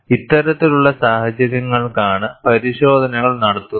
ഇത്തരത്തിലുള്ള സാഹചര്യങ്ങൾക്കാണ് പരിശോധനകൾ നടത്തുന്നത്